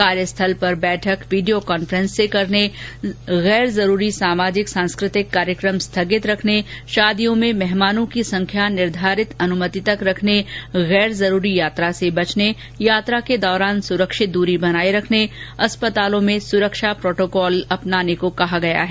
कार्यस्थल पर बैठक वीडियो कांफेस से करने गैर जरूरी सामाजिक सांस्कृतिक कार्यकम स्थगित रखने शादियों में मेहमानों की संख्या निर्धारित अनुमति तक रखने गैर जरूरी यात्रा से बचने यात्रा के दौरान सुरक्षित दूरी बनाने अस्पतालों में सुरक्षा प्रोटोकॉल अंपनाने को कहा गया है